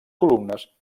columnes